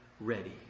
ready